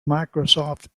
microsoft